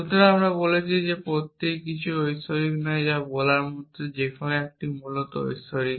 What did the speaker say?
সুতরাং আমরা বলছি যে প্রত্যেকেই কিছুমাত্র ঐশ্বরিক নয় যা বলার মত যে কোন 1 মূলত ঐশ্বরিক